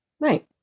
Right